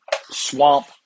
swamp